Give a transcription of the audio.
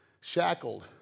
shackled